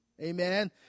Amen